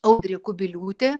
audrė kubiliūtė